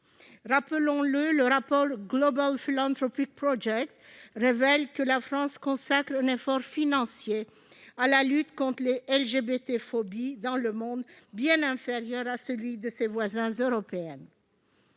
Rappelons-le, le rapport du Global Philanthropy Project révèle que la France consacre un effort financier à la lutte contre les LGBT-phobies dans le monde bien inférieur à celui de ses voisins européens.